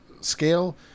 scale